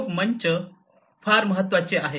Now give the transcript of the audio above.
सहयोग मंच फार महत्वाचे आहेत